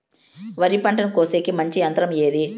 వరి పంటను కోసేకి మంచి యంత్రం ఏది?